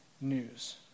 news